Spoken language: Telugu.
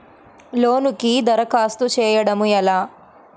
లోనుకి దరఖాస్తు చేయడము ఎలా?